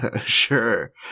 Sure